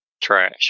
trash